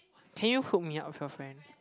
can you hook me up with your friend